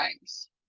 times